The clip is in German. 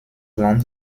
land